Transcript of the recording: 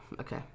Okay